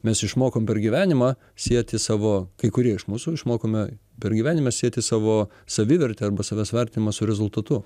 mes išmokom per gyvenimą sieti savo kai kurie iš mūsų išmokome per gyvenimą sieti savo savivertę arba savęs vartymą su rezultatu